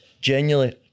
genuinely